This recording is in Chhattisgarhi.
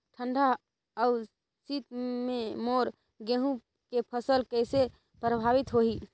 ठंडा अउ शीत मे मोर गहूं के फसल कइसे प्रभावित होही?